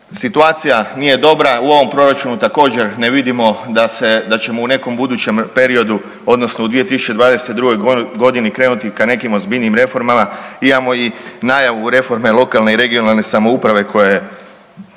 situacija nije dobra, u ovom Proračunu također ne vidimo da ćemo u nekom budućem periodu, odnosno u 2022. godini krenuti ka nekim ozbiljnijim reformama, imamo i najavu reforme lokalne i regionalne samouprave koja